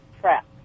trap